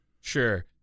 Sure